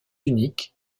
unique